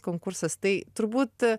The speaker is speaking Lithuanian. konkursas tai turbūt